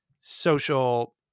social